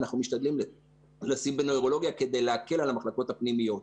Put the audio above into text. אנחנו משתדלים לשים בנוירולוגיה כדי להקל על המחלקות הפנימיות.